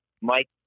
Mike